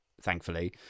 thankfully